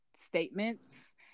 statements